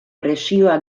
presioa